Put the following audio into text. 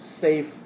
safe